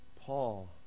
Paul